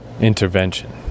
intervention